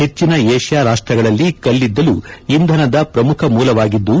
ಹೆಚ್ಚಿನ ವಿಷ್ಣಾ ರಾಷ್ಸಗಳಲ್ಲಿ ಕಲ್ಲಿದ್ದಲು ಇಂಧನದ ಪ್ರಮುಖ ಮೂಲವಾಗಿದ್ದು